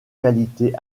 qualité